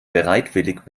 bereitwillig